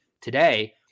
today